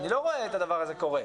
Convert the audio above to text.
אני לא רואה את הדבר הזה קורה.